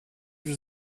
już